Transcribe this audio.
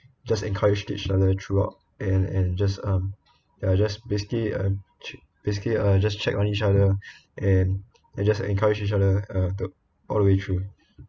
just encouraged each other throughout and and just um they're just basically um ch~ basically uh just checked on each other and and just encourage each other uh the all way through